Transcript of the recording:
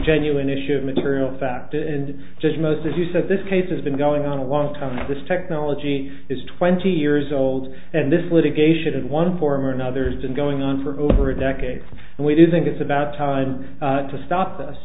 genuine issue of material fact and just most as you said this case has been going on along comes this technology is twenty years old and this litigation in one form or another has been going on for over a decade and we do think it's about time to stop